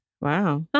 Wow